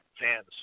fans